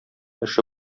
эше